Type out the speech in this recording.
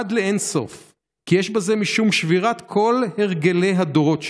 עד לאין-סוף כי יש בזה משום שבירת כל הרגלי הדורות שלנו.